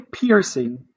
piercing